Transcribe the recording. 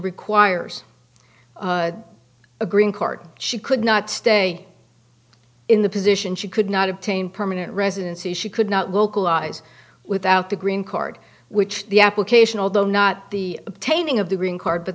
requires a green card she could not stay in the position she could not obtain permanent residency she could not localize without the green card which the application although not the obtaining of the green card but